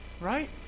right